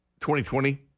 2020